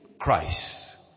Christ